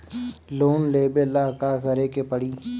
Loan लेबे ला का करे के पड़ी?